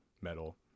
metal